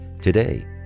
today